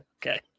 Okay